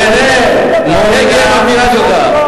תיהנה, תיהנה להיות גאה במדינה שלך.